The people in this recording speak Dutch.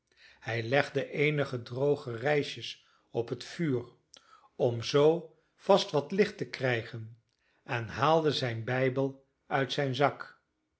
hij legde eenige droge rijsjes op het vuur om zoo vast wat licht te krijgen en haalde zijn bijbel uit zijn zak